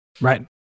Right